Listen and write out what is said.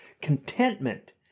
Contentment